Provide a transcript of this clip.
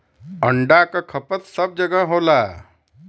अंडा क खपत सब जगह होला